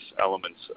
elements